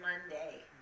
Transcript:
Monday